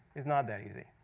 is not that easy.